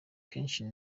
keshi